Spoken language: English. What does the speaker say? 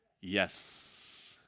Yes